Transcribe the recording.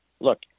Look